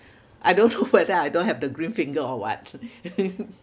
I don't know whether I don't have the green finger or what